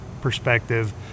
perspective